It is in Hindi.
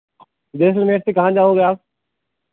जैसलमेर से कहाँ जाओगे आप